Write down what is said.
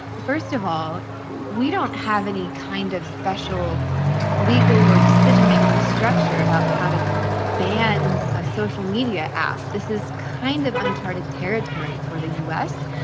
first of all, we don't have any kind of special legal or decision making structure about how to ban a social media app. this is kind of uncharted territory for the us.